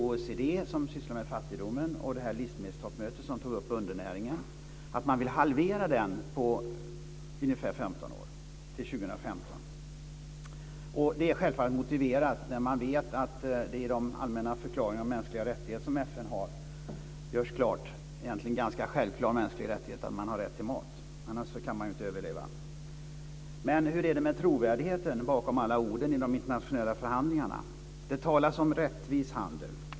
OECD, som sysslar med fattigdomsfrågor, och det livsmedelstoppmöte som tog upp undernäringen har uttalat att man vill halvera den siffran på ca 15 år, till 2015. Det är självfallet motiverat, eftersom det i FN:s allmänna förklaring om mänskliga rättigheter görs klart den självklara rätten till mat - annars kan man ju inte överleva. Men hur är det med trovärdigheten bakom alla orden i de internationella förhandlingarna? Det talas om rättvis handel.